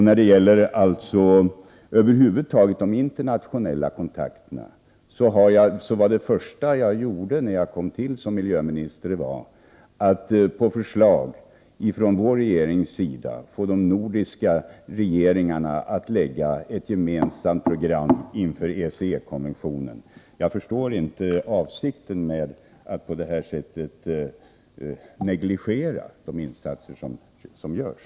När det gäller de internationella kontakterna över huvud taget vill jag erinra om att det första som jag gjorde när jag tillträdde som miljöminister var att föreslå de nordiska regeringarna att lägga fram ett gemensamt program inför ECE-konventionen. Jag förstår inte Lennart Brunanders avsikt med att på detta sätt negligera de insatser som görs.